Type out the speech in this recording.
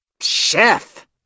chef